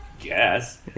Yes